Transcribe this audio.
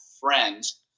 friends